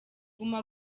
guma